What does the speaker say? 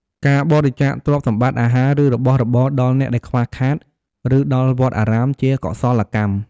ការបរិច្ចាគទ្រព្យសម្បត្តិ អាហារ ឬរបស់របរដល់អ្នកដែលខ្វះខាត ឬដល់វត្តអារាម ជាកុសលកម្ម។